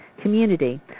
community